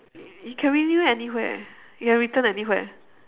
you can renew anywhere you can return anywhere